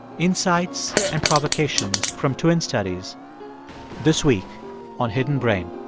insights and provocations from twin studies this week on hidden brain